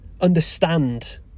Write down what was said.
understand